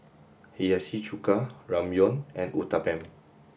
Hiyashi Chuka Ramyeon and Uthapam